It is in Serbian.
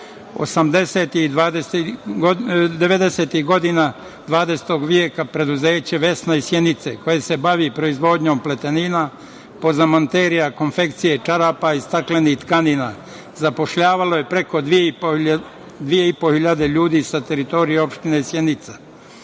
godina 20. veka preduzeće „Vesna“ iz Sjenice koje se bavi proizvodnjom pletenina, pozamanterija, konfekcije, čarapa i staklenih tkanina zapošljavalo je preko 2.500 ljudi sa teritorije opštine Sjenica.